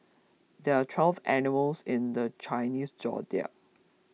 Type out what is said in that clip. there are twelve animals in the Chinese zodiac